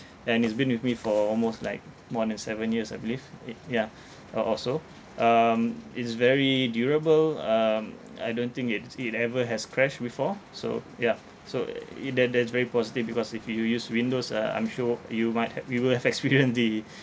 and it's been with me for almost like more than seven years I believe eh ya or or so um it's very durable um I don't think it's it ever has crashed before so yeah so i~ that that's very positive because if you use Windows uh I'm sure you might ha~ you will have experienced the